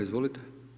Izvolite.